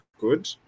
good